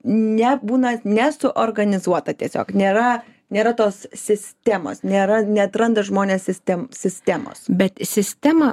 ne būna nesuorganizuota tiesiog nėra nėra tos sistemos nėra neatranda žmonės sistemų sistemos bet sistemą